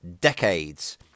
decades